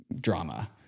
drama